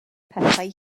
pethau